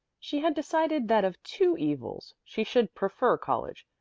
she had decided that of two evils she should prefer college,